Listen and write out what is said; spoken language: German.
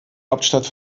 hauptstadt